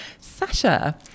Sasha